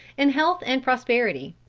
in health and prosperity.